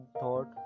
thought